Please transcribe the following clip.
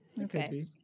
Okay